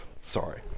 sorry